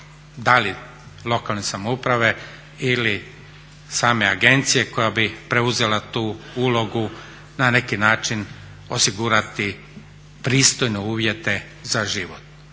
da li lokalne samouprave ili same agencije koja bi preuzela tu ulogu na neki način osigurati pristojne uvjete za život